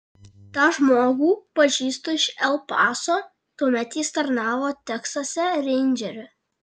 tą žmogų pažįstu iš el paso tuomet jis tarnavo teksase reindžeriu